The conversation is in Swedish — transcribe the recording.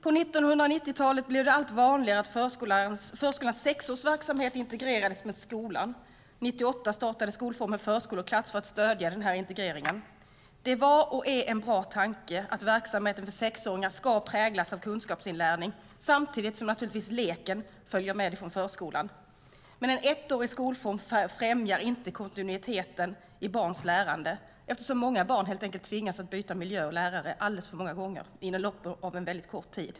På 1990-talet blev det allt vanligare att förskolans sexårsverksamhet integrerades med skolan. År 1998 startade skolformen förskoleklass för att stödja den integreringen. Det var och är en bra tanke att verksamheten för sexåringar ska präglas av kunskapsinlärning samtidigt som leken följer med från förskolan. Men en ettårig skolform främjar inte kontinuiteten i barns lärande eftersom många barn tvingas byta miljö och lärare alldeles för många gånger inom loppet av en kort tid.